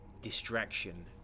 distraction